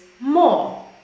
more